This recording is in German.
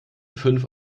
fünf